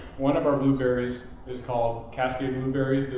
one of our blueberries is called cascade blueberry.